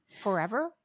forever